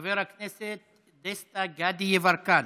חבר הכנסת גדי דסטה יברקן,